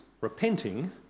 repenting